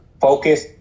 focus